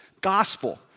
gospel